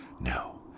No